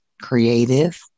creative